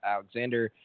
Alexander